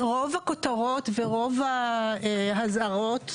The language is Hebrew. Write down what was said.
רוב הכותרות ורוב "האזהרות",